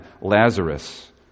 Lazarus